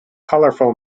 colorful